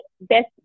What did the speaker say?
best